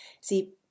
See